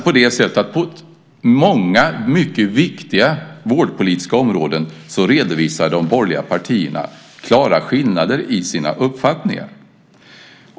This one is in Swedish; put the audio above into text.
På många mycket viktiga vårdpolitiska områden redovisar alltså de borgerliga partierna klara skillnader i sina uppfattningar.